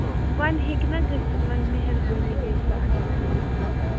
وۄنۍ ہیٚکہِ نہ گٔژھِتھ وۄنۍ مہربٲنی گٔے سۄ اگر تُہۍ یہِ کٲم